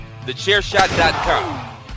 TheChairShot.com